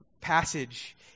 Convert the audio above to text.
passage